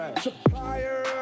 Supplier